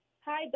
Hi